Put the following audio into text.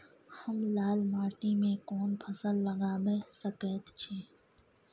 हम लाल माटी में कोन फसल लगाबै सकेत छी?